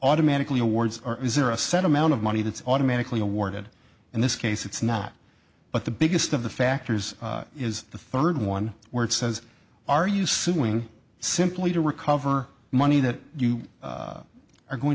automatically awards or is there a set amount of money that's automatically awarded in this case it's not but the biggest of the factors is the third one where it says are you suing simply to recover money that you are going